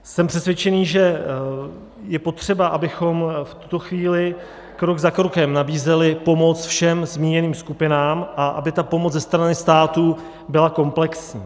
Jsem přesvědčený, že je potřeba, abychom v tuto chvíli krok za krokem nabízeli pomoc všem zmíněným skupinám a aby ta pomoc ze strany státu byla komplexní.